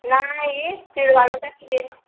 नाही तिळ वाळ टाकली